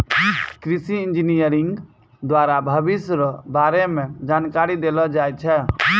कृषि इंजीनियरिंग द्वारा भविष्य रो बारे मे जानकारी देलो जाय छै